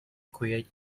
create